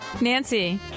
Nancy